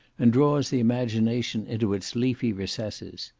and draws the imagination into its leafy recesses.